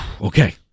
Okay